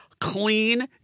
Clean